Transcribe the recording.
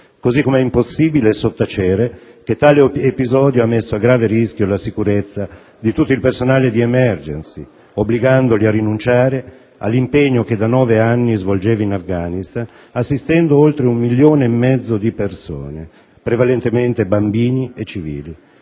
Così come è impossibile sottacere che tale episodio ha messo a grave rischio la sicurezza di tutto il personale di Emergency, obbligando l'ONG a rinunciare all'impegno che da nove anni svolgeva in Afghanistan, assistendo oltre un milione e mezzo di persone, prevalentemente bambini e civili.